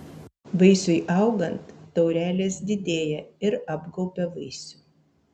vaisiui augant taurelės didėja ir apgaubia vaisių